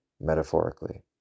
metaphorically